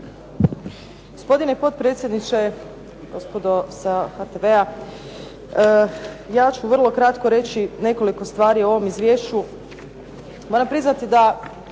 Gospodine potpredsjedniče, gospodo sa HTV-a. Ja ću vrlo kratko reći nekoliko stvari o ovom izvješću. Moram priznati da